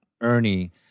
Ernie